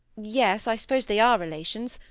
yes, i suppose they are relations.